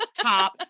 Top